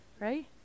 right